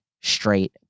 straight